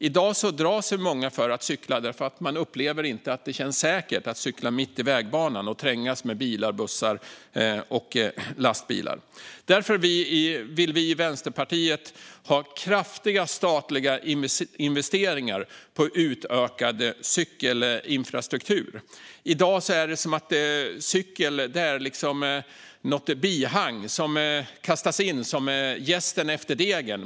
I dag drar sig många för att cykla eftersom de inte upplever det som säkert att cykla mitt i vägbanan och trängas med bilar, bussar och lastbilar. Därför vill vi i Vänsterpartiet ha kraftiga statliga investeringar i utökad cykelinfrastruktur. I dag ses cykel som någon sorts bihang som kastas in som jästen efter degen.